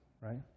right